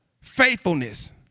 faithfulness